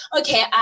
okay